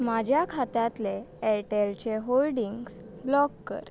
म्हज्या खात्यांतले एरटेलचे होल्डिंग्स ब्लॉक कर